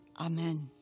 Amen